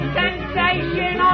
sensation